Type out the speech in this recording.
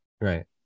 right